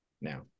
now